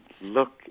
look